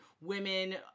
women